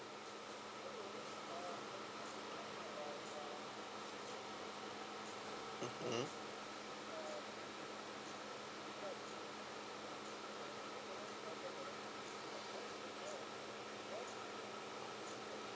mmhmm